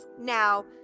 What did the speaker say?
Now